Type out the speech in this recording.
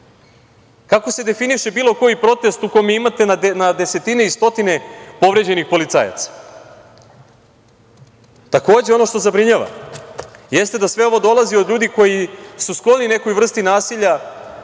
Kako se definiše bilo koji protest u kome imate na desetine i stotine povređenih policajaca? Takođe, ono što zabrinjava jeste da sve ovo dolazi od ljudi koji su skloni nekoj vrsti nasilja,